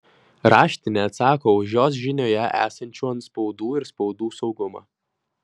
raštinė atsako už jos žinioje esančių antspaudų ir spaudų saugumą